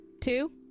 Two